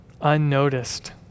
unnoticed